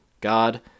God